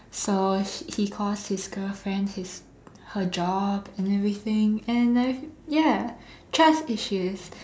so he he cost his girlfriend his her job and everything and uh ya trust issues